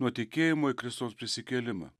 nuo tikėjimo į kristaus prisikėlimą